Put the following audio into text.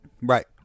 Right